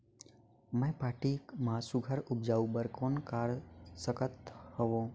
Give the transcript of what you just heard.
मैं माटी मा सुघ्घर उपजाऊ बर कौन कर सकत हवो?